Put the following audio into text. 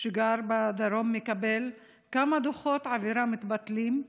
שגר בדרום מקבל, כמה דוחות עבירה מתבטלים?